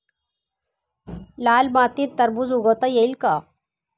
लाल मातीत टरबूज उगवता येईल का?